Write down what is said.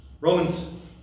Romans